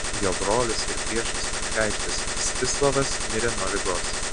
jo brolis ir priešas kunigaikštis mstislavas mirė nuo ligos